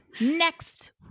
Next